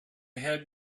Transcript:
had